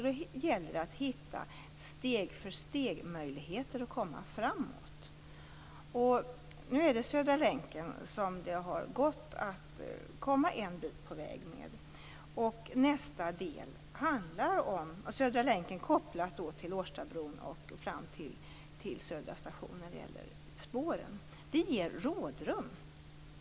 Det gäller att hitta stegför-steg-möjligheter för att komma framåt. När det gäller Södra länken kopplad till Årstabron och fram till Södra station har det gått att komma en bit på väg.